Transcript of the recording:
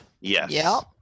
Yes